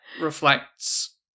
reflects